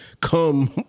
come